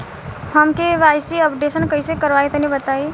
हम KYC updation कइसे करवाई तनि बताई?